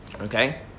Okay